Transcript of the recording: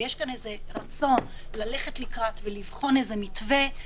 ויש כאן רצון ללכת לקראת ולבחון מתווה.